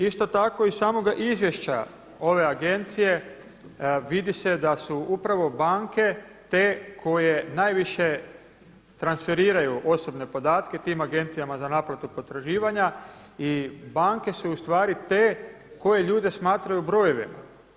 Isto tako iz samoga izvješća ove agencije vidi se da su upravo banke te koje najviše transferiraju osobne podatke tim Agnecijama za naplatu potraživanja i banke su u stvari te koje ljude smatraju brojevima.